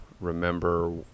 remember